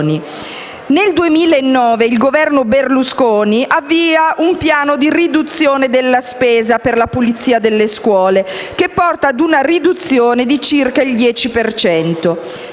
Nel 2009, il Governo Berlusconi avvia un piano di riduzione della spesa per la pulizia delle scuole, che porta una riduzione di circa il 10